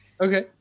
Okay